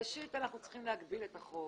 ראשית, עלינו להגביל את החוב.